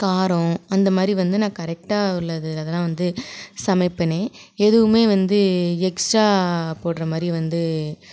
காரம் அந்த மாதிரி வந்து நான் கரெக்ட்டாக உள்ளது அதெல்லாம் வந்து சமைப்பேன் எதுவுமே வந்து எக்ஸ்ட்ரா போடுற மாதிரி வந்து